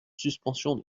suspension